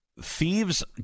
Thieves